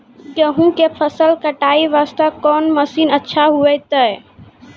गेहूँ के फसल कटाई वास्ते कोंन मसीन अच्छा होइतै?